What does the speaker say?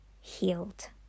healed